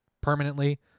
permanently